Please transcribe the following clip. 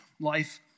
life